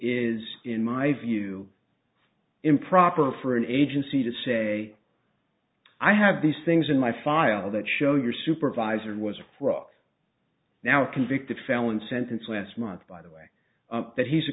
is in my view improper for an agency to say i have these things in my file that show your supervisor was approx now a convicted felon sentenced last month by the way that he's a